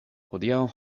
hodiaŭ